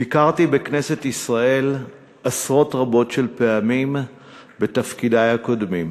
ביקרתי בכנסת ישראל עשרות רבות של פעמים בתפקידי הקודמים.